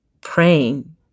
praying